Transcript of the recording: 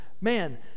man